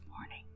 morning